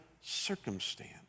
circumstance